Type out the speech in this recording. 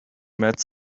met